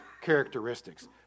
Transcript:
characteristics